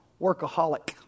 workaholic